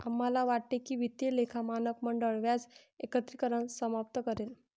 आम्हाला वाटते की वित्तीय लेखा मानक मंडळ व्याज एकत्रीकरण समाप्त करेल